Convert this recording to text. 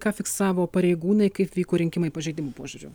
ką fiksavo pareigūnai kaip vyko rinkimai pažeidimų požiūriu